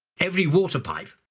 every water pipe,